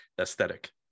aesthetic